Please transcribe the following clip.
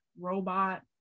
Robot